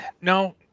no